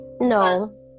No